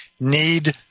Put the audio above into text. need